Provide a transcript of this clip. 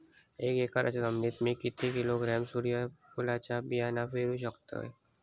एक एकरच्या जमिनीत मी किती किलोग्रॅम सूर्यफुलचा बियाणा पेरु शकतय?